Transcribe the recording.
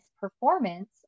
performance